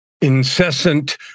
incessant